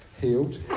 healed